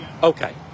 Okay